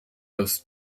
das